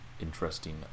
interesting